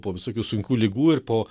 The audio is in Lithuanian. po visokių sunkių ligų ir po